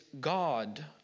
God